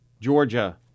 Georgia